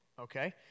Okay